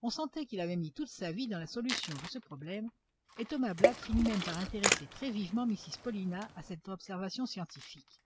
on sentait qu'il avait mis toute sa vie dans la solution de ce problème et thomas black finit même par intéresser très vivement mrs paulina à cette observation scientifique